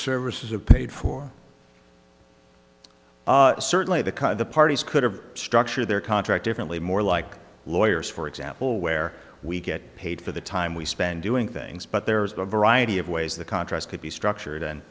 services are paid for certainly the kind of the parties could have structured their contract differently more like lawyers for example where we get paid for the time we spend doing things but there's going variety of ways the contrast could be structured and